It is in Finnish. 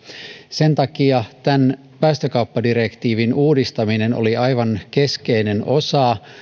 sen takia päästökauppadirektiivin uudistaminen oli aivan keskeinen osa